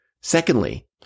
Secondly